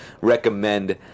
recommend